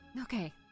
Okay